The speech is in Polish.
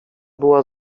była